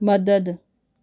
मदद